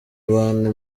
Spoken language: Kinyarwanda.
abantu